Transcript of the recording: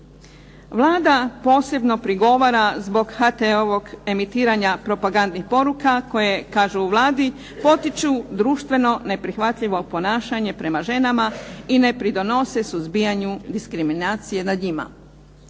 Vlada posebno prigovara zbog HT-og emitiranja propagandnih poruka koje, kažu u Vladi, potiču društveno neprihvatljivo ponašanje prema ženama i ne pridonose suzbijanju diskriminacije nad njima.